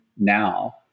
now